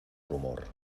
rumor